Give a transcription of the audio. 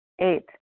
Eight